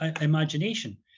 imagination